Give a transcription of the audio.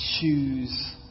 choose